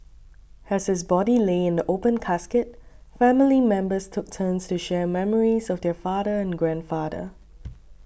as his body lay in the open casket family members took turns to share memories of their father and grandfather